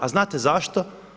A znate zašto?